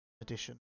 edition